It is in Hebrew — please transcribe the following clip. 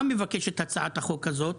מה מבקשת הצעת החוק הזאת?